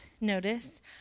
notice